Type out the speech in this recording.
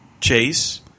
Chase